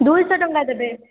ଦୁଇଶହ ଟଙ୍କା ଦେବେ